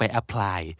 apply